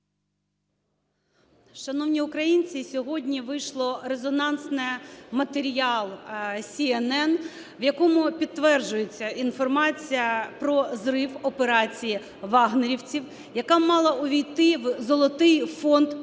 Шановні українці, сьогодні вийшов резонансний матеріал CNN, в якому підтверджується інформація про зрив операції "вагнерівців", яка мала увійти в золотий фонд